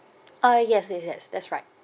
ah yes yes yes that's right